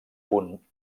punt